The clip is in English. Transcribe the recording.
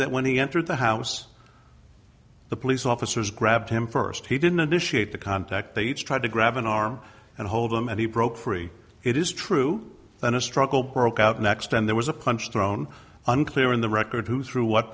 that when he entered the house the police officers grabbed him first he didn't initiate the contact they each tried to grab an arm and hold them and he broke free it is true then a struggle broke out next and there was a punch thrown unclear in the record who threw what